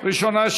הראשונה,